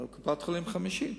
על קופת-חולים חמישית.